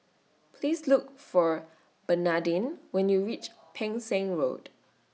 Please Look For Bernadine when YOU REACH Pang Seng Road